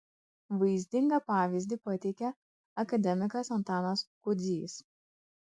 vaizdingą pavyzdį pateikė akademikas antanas kudzys